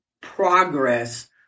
progress